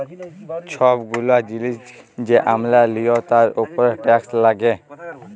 ছব গুলা জিলিস যে আমরা লিই তার উপরে টেকস লাগ্যে